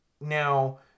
now